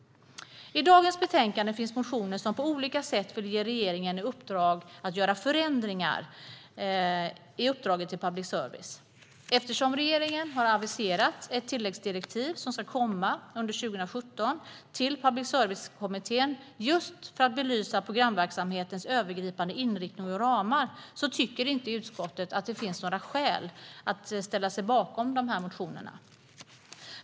I betänkandet finns motioner där man på olika sätt vill ge regeringen i uppdrag att göra förändringar i uppdraget till public service. Eftersom regeringen har aviserat ett tilläggsdirektiv som ska komma under 2017 till Public service-kommittén just för att belysa programverksamhetens övergripande inriktning och ramar tycker inte utskottet att det finns några skäl att ställa sig bakom de här motionerna.